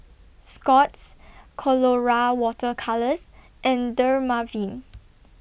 Scott's Colora Water Colours and Dermaveen